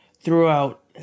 throughout